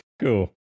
Cool